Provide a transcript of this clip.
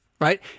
right